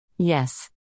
Yes